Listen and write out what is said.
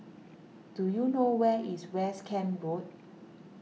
do you know where is West Camp Road